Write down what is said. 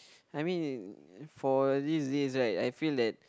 I mean for these days right I feel that